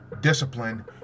discipline